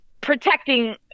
protecting